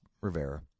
Rivera